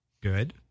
Good